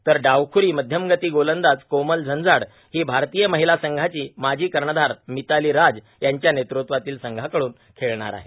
तर डावखुरी मध्यमगती गोलंदाज कोमल झंझाड ही भारतीय महिला संघाची माजी कर्णधार मिताली राज यांच्या नेतृत्वातील संघाकड्रन खेळणार आहे